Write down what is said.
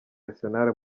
arsenal